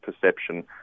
perception